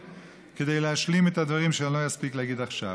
כדי להשלים את הדברים שאני לא אספיק להגיד עכשיו.